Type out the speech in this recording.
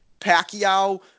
Pacquiao